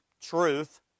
truth